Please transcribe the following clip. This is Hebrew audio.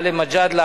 גאלב מג'אדלה,